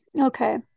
Okay